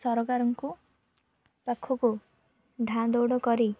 ସରକାରଙ୍କୁ ପାଖକୁ ଧାଁ ଦୌଡ଼ କରି